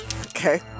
Okay